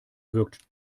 wirkt